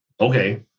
Okay